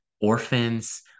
orphans